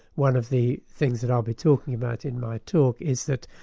one of the things that i'll be talking about in my talk is that,